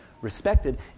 respected